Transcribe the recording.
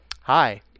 Hi